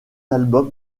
album